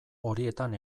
horietan